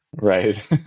Right